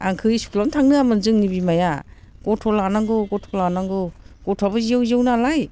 आंखौ इस्कुलावनो थांनो होआमोन जोंनि बिमाया गथ' लानांगौ गथ' लानांगौ गथ'आबो जेव जेव नालाय